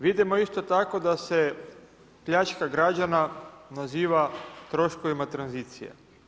Vidimo isto tako da se pljačka građana naziva troškovima tranzicije.